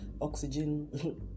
oxygen